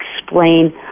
explain